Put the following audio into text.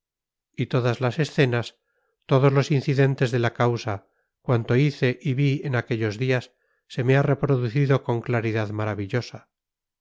y todas las escenas todos los incidentes de la causa cuanto hice y vi en aquellos días se me ha reproducido con claridad maravillosa